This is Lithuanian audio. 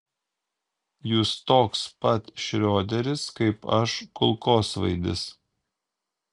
jūs toks pat šrioderis kaip aš kulkosvaidis